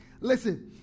Listen